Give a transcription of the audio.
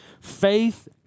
Faith